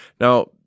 Now